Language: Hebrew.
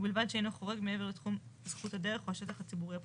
ובלבד שאינו חורג מעבר לתחום זכות הדרך או השטח הציבורי הפתוח.